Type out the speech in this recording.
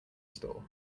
stool